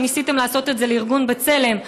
כשניסיתם לעשות את זה לארגון בצלם,